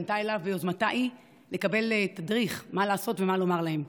והיא פנתה אליו ביוזמתה היא לקבל תדריך מה לעשות ומה לומר להם.